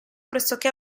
pressoché